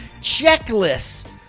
checklists